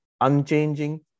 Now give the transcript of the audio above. unchanging